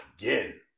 again